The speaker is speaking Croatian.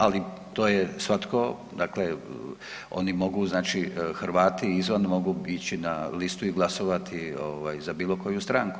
Ali to je svatko, oni mogu znači, Hrvati izvan mogu ići na listu i glasovati za bilo koju stranku.